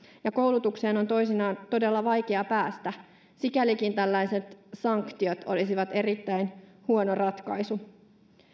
ja koulutukseen on toisinaan todella vaikea päästä sikälikin tällaiset sanktiot olisivat erittäin huono ratkaisu